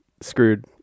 Screwed